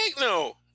no